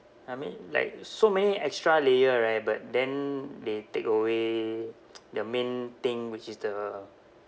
I mean like so many extra layer right but then they take away the main thing which is the